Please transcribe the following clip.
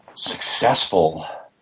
successful.